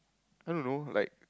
I don't know like